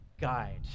guide